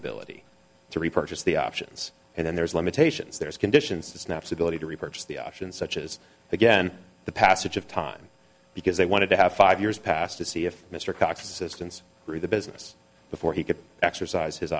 ability to repurchase the options and then there's limitations there's conditions snaps ability to repurchase the options such as again the passage of time because they wanted to have five years pass to see if mr cox assistance through the business before he could exercise his